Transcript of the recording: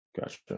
Gotcha